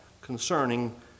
concerning